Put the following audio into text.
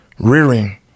rearing